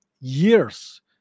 years